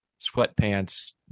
sweatpants